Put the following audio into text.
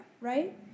right